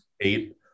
eight